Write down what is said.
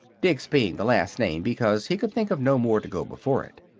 diggs being the last name because he could think of no more to go before it.